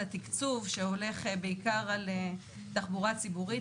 התקצוב שהולך בעיקר על תחבורה ציבורית,